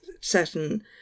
certain